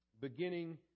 beginning